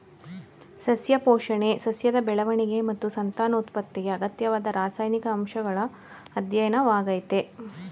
ಸಸ್ಯ ಪೋಷಣೆ ಸಸ್ಯದ ಬೆಳವಣಿಗೆ ಮತ್ತು ಸಂತಾನೋತ್ಪತ್ತಿಗೆ ಅಗತ್ಯವಾದ ರಾಸಾಯನಿಕ ಅಂಶಗಳ ಅಧ್ಯಯನವಾಗಯ್ತೆ